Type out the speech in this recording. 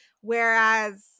whereas